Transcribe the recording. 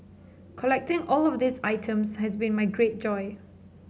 collecting all of these items has been my great joy